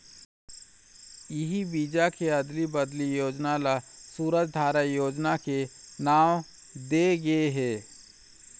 इही बीजा के अदली बदली योजना ल सूरजधारा योजना के नांव दे गे हे